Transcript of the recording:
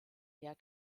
her